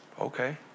Okay